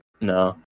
No